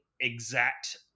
exact